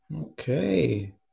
Okay